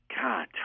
God